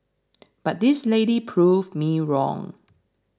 but this lady proved me wrong